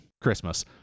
Christmas